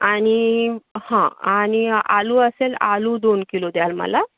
आणि हां आणि आलू असेल आलू दोन किलो द्याल मला